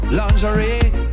lingerie